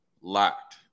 LOCKED